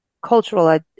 cultural